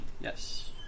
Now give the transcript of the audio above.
yes